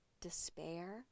despair